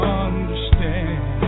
understand